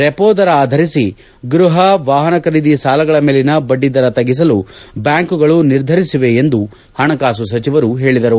repo ದರ ಆಧರಿಸಿ ಗೃಹ ವಾಹನ ಖರೀದಿ ಸಾಲಗಳ ಮೇಲಿನ ಬಡ್ಡಿ ದರ ತಗ್ಗಿಸಲು ಬ್ಕಾಂಕ್ಗಳು ನಿರ್ಧರಿಸಿವೆ ಎಂದು ಹಣಕಾಸು ಸಚಿವರು ಹೇಳಿದರು